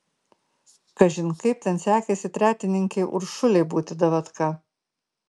kažin kaip ten sekėsi tretininkei uršulei būti davatka